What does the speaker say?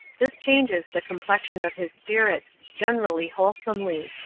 this changes the complexion of his spirits generally wholesomely.